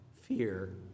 fear